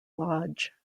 lodge